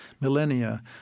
millennia